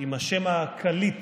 עם השם הקליט